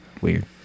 Weird